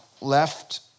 left